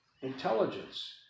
intelligence